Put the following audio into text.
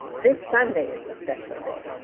this sunday is a special day.